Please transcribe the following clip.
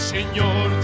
Señor